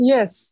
Yes